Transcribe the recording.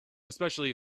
especially